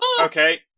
Okay